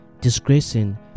disgracing